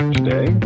Today